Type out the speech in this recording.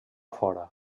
fora